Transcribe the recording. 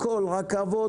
הכול רכבות,